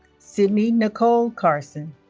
sydney nichole carlson